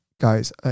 guys